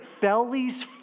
bellies